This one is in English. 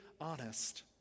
honest